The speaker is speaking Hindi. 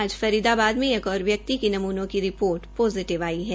आज फरीदबाद में एक ओर व्यक्ति की नमूनों की रिपोर्ट पोजिटिव आई है